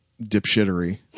dipshittery